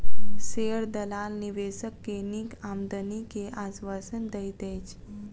share दलाल निवेशक के नीक आमदनी के आश्वासन दैत अछि